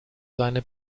seine